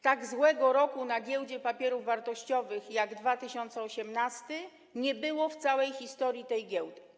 Tak złego roku na Giełdzie Papierów Wartościowych jak rok 2018 nie było w całej historii tej giełdy.